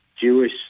Jewish